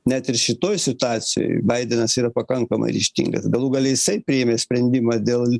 net ir šitoj situacijoj baidenas yra pakankamai ryžtingas galų gale jisai priėmė sprendimą dėl